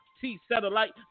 T-Satellite